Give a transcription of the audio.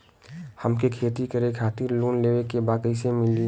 हमके खेती करे खातिर लोन लेवे के बा कइसे मिली?